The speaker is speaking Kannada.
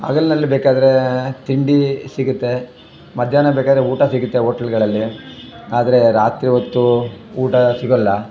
ಹಗಲ್ನಲ್ಲಿ ಬೇಕಾದರೆ ತಿಂಡಿ ಸಿಗುತ್ತೆ ಮಧ್ಯಾಹ್ನ ಬೇಕಾದರೆ ಊಟ ಸಿಗುತ್ತೆ ಓಟ್ಲುಗಳಲ್ಲಿ ಆದರೆ ರಾತ್ರಿ ಹೊತ್ತು ಊಟ ಸಿಗೋಲ್ಲ